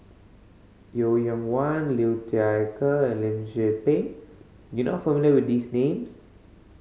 Yeo Wang Liu Thai Ker and Lim Tze Peng you not familiar with these names